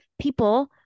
people